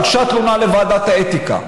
הוגשה תלונה לוועדת האתיקה.